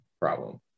problem